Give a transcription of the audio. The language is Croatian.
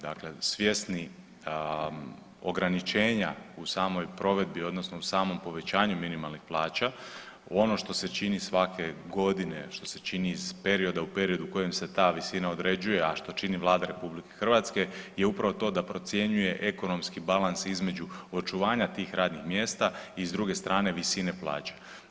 Dakle, svjesni ograničenja u samoj provedbi odnosno u samom povećanju minimalnih plaća ono što se čini svake godine, što se čini iz perioda u period u kojem se ta visina određuje, a što čini Vlada RH je upravo to da procjenjuje ekonomski balans između očuvanja tih radnih mjesta i s druge strane visine plaće.